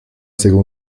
seconde